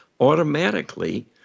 automatically